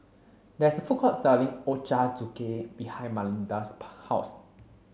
there is a food court selling Ochazuke behind house